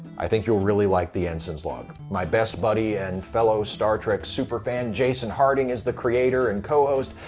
i think you'll really like the ensign's log. my best buddy and fellow star trek superfan jason harding is the creator and co-host,